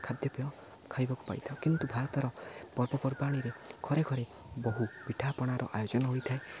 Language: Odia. ଖାଦ୍ୟପେୟ ଖାଇବାକୁ ପାଇଥାଉ କିନ୍ତୁ ଭାରତର ପର୍ବପର୍ବାଣିରେ ଖରେ ଘରେ ବହୁ ପିଠାପଣାର ଆୟୋଜନ ହୋଇଥାଏ